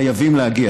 חייבים להגיע.